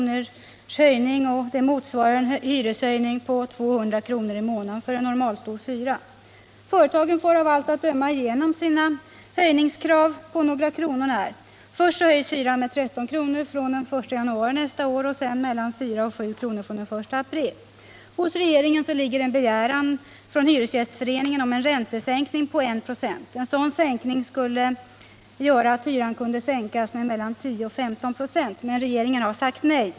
höjning, vilket motsvarar en hyreshöjning på 200 kr. i månaden för en normalstor fyra. Företagen får av allt att döma igenom sina höjningskrav på några kronor när. Först höjs hyran med 13 kr. från den 1 januari nästa år och sedan med 4-7 kr. från den 1 april. Hos regeringen ligger en begäran från Hyresgästföreningen om en räntesänkning med 1 96. Genom en sådan räntesänkning skulle hyran kunna sänkas med 10-15 26. Men regeringen har sagt nej.